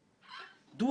עורכת הדין אתי בנדלר,